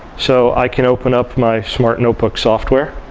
so i can open up my smart notebook software.